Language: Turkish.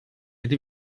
yedi